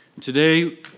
Today